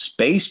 Space